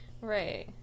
Right